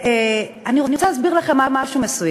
אני רוצה להסביר לכם משהו.